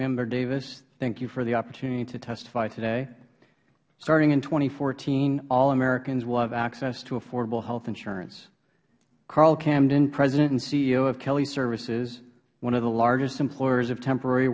member davis thank you for the opportunity to testify today starting in two thousand and fourteen all americans will have access to affordable health insurance carl camden president and ceo of kelly services one of the largest employers of temporary